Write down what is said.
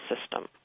system